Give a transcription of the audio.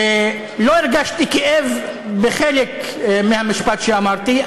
ולא הרגשתי כאב בחלק מהמשפט שאמרתי,